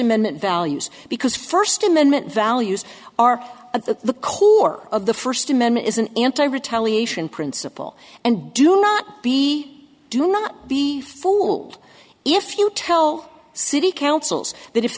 amendment values because first amendment values are the core of the first amendment is an anti retaliation principle and do not be do not be fooled if you tell city councils that if